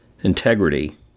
integrity